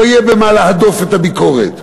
לא תהיה במה להדוף את הביקורת.